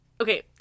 Okay